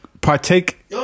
partake